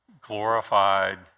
glorified